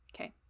okay